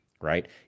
right